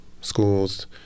schools